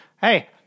Hey